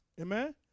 Amen